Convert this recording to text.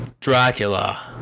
Dracula